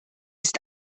ist